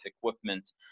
equipment